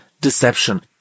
deception